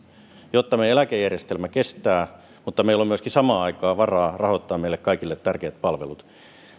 jotta meidän eläkejärjestelmä kestää mutta meillä on myöskin samaan aikaan varaa rahoittaa meille kaikille tärkeät palvelut